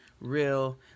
real